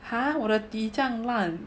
!huh! 我的低这样烂